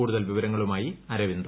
കൂടുതൽ വിവരങ്ങളുമായി അരവിന്ദ്